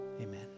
amen